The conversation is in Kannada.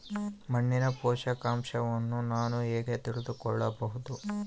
ಮಣ್ಣಿನ ಪೋಷಕಾಂಶವನ್ನು ನಾನು ಹೇಗೆ ತಿಳಿದುಕೊಳ್ಳಬಹುದು?